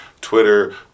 Twitter